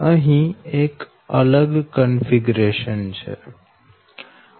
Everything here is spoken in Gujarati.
અહી એક અલગ કન્ફિગરેશન છે